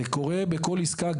זה קורה בכל עסקה,